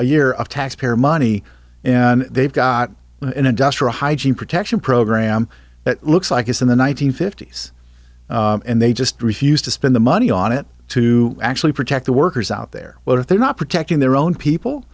a year of taxpayer money and they've got an industrial hygiene protection program it looks like it's in the one nine hundred fifty s and they just refused to spend the money on it to actually protect the workers out there what if they're not protecting their own people